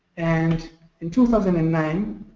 and and two thousand and nine,